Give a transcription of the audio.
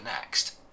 next